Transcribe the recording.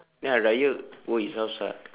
then hari-raya go his house ah